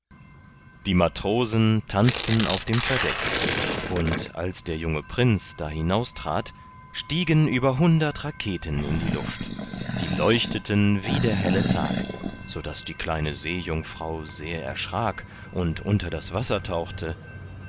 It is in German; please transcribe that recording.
die matrosen tanzten auf dem verdeck und als der junge prinz da hinaustrat stiegen über hundert raketen in die luft die leuchteten wie der helle tag sodaß die kleine seejungfrau sehr erschrak und unter das wasser tauchte